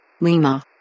Lima